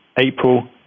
April